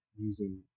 using